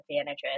advantages